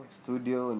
studio